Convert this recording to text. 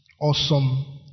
awesome